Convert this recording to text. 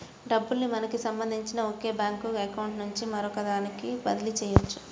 డబ్బుల్ని మనకి సంబంధించిన ఒక బ్యేంకు అకౌంట్ నుంచి మరొకదానికి బదిలీ చెయ్యొచ్చు